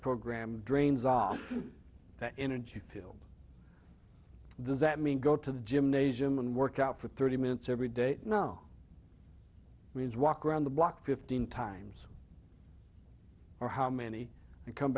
program drains are that energy field does that mean go to the gymnasium and work out for thirty minutes every day no means walk around the block fifteen times or how many you come